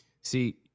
See